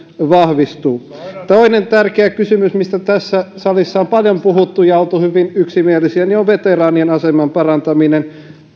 vahvistuu toinen tärkeä kysymys mistä tässä salissa on paljon puhuttu ja oltu hyvin yksimielisiä on veteraanien aseman parantaminen